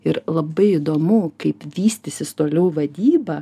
ir labai įdomu kaip vystysis toliau vadyba